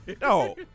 No